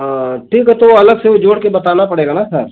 हाँ ठीक है तो अलग से वो जोड़ कर बताना पड़ेगा ना सर